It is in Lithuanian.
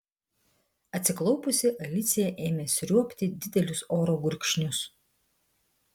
atsiklaupusi alicija ėmė sriuobti didelius oro gurkšnius